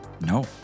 No